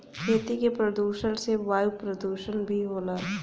खेती के प्रदुषण से वायु परदुसन भी होला